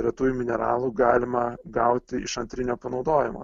retųjų mineralų galima gauti iš antrinio panaudojimo